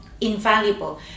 invaluable